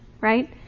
Right